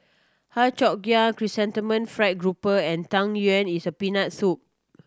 Har Cheong Gai Chrysanthemum Fried Grouper and Tang Yuen is a Peanut Soup